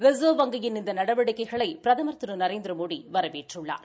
reserve வங்கியின் இந்த நடவடிக்கைகளை பிரதமர் திரு நரேநதிரமோடி வரவேற்றுள்ளார்